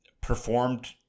performed